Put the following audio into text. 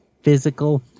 physical